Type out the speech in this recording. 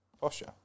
posture